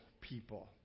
people